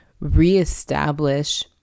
reestablish